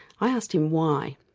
i asked him why.